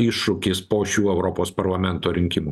iššūkis po šių europos parlamento rinkimų